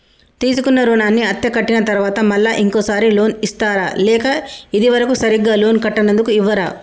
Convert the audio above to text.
తీసుకున్న రుణాన్ని అత్తే కట్టిన తరువాత మళ్ళా ఇంకో సారి లోన్ ఇస్తారా లేక ఇది వరకు సరిగ్గా లోన్ కట్టనందుకు ఇవ్వరా?